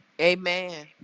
Amen